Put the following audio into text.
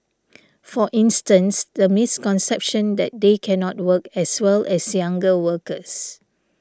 for instance the misconception that they cannot work as well as younger workers